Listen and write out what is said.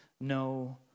no